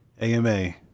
AMA